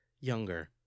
Younger